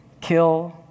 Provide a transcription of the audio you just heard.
kill